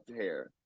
hair